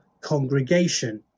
congregation